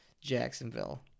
Jacksonville